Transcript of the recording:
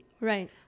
Right